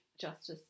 justice